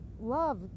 love